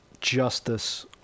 justice